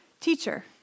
Teacher